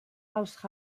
els